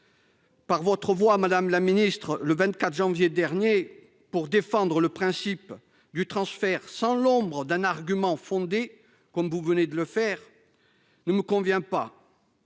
par votre voix, madame la ministre, le 24 janvier dernier, pour défendre le principe du transfert sans l'ombre d'un argument fondé, comme vous venez de le faire, ne me convient pas.